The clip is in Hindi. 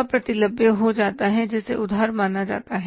अप्रतिलभ्य हो जाता है जिसे उधार माना जाता है